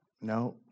No